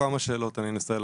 שאלות ואני אנסה לענות.